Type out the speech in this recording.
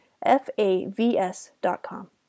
FAVS.com